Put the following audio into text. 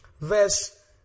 verse